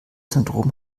syndrom